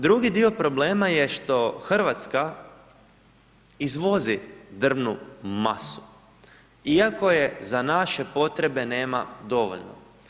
Drugi dio problema je što Hrvatska izvozi drvnu masu iako je za naše potrebe nema dovoljno.